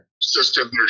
system